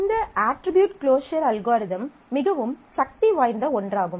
இந்த attribute closure algorithm மிகவும் சக்தி வாய்ந்த ஒன்றாகும்